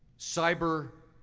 cyber,